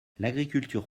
l’agriculture